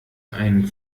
ein